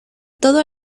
todo